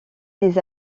des